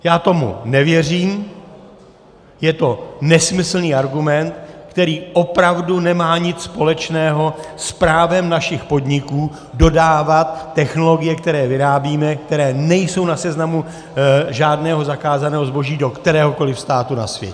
Já tomu nevěřím, je to nesmyslný argument, který opravdu nemá nic společného s právem našich podniků dodávat technologie, které vyrábíme, které nejsou na seznamu žádného zakázaného zboží do kteréhokoli státu na světě.